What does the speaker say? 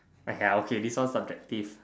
!aiya! okay this one subjective